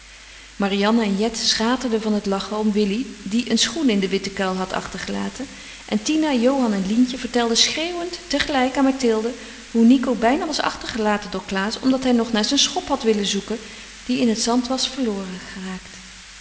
marianne en jet schaterden van het lachen om willy die een schoen in den witten kuil had achtergelaten en tina johan en lientje vertelden schreeuwend tegelijk aan mathilde hoe nico bijna was achtergelaten door klaas omdat hij nog naar zijn schop had willen zoeken die in het zand was verloren geraakt